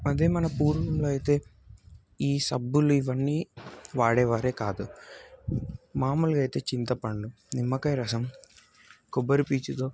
అదే మన పూర్వీకులు అయితే ఈ సబ్బులు ఇవన్నీ వాడేవారే కాదు మామూలుగా అయితే చింతపండు నిమ్మకాయ రసం కొబ్బరిపీచుతో